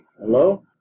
hello